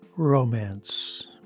Romance